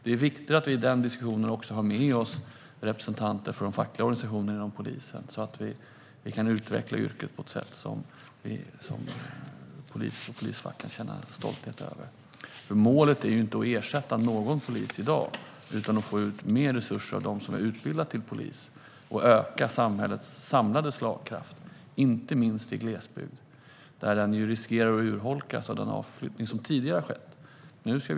Det är viktigt att vi i den diskussionen också har med oss representanter för de fackliga organisationerna inom polisen, så att vi kan utveckla yrket på ett sätt som polis och polisfacken kan känna stolthet över. Målet är inte att ersätta någon polis i dag, utan att få ut mer resurser av dem som är utbildade till poliser och öka samhällets samlade slagkraft - inte minst i glesbygd. Den riskerar nämligen att urholkas av den utflyttning som skett tidigare.